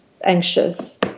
anxious